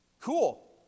Cool